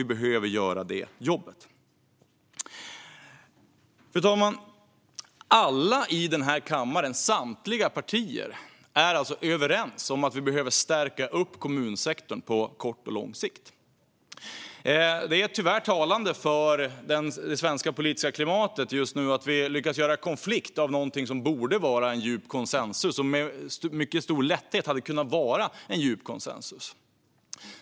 Vi behöver göra detta jobb. Fru talman! Samtliga partier i denna kammare är överens om att vi behöver förstärka kommunsektorn på kort och lång sikt. Det är tyvärr talande för det svenska politiska klimatet just nu att vi lyckats göra konflikt av något som borde ha en djup konsensus. Med mycket stor lätthet hade det kunnat ha en djup konsensus.